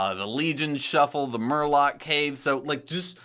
ah the legion shuffle, the murloc cave, so like just.